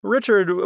Richard